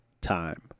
time